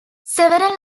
several